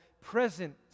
present